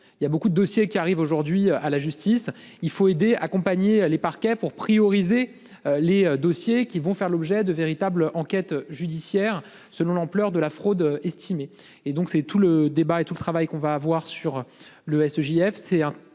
Il y a beaucoup de dossiers qui arrive aujourd'hui à la justice, il faut aider, accompagner les parquets pour prioriser les dossiers qui vont faire l'objet de véritables enquêtes judiciaires selon l'ampleur de la fraude estimée et donc c'est tout le débat et tout le travail qu'on va avoir sur le S.